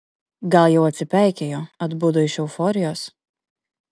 gal jau atsipeikėjo atbudo iš euforijos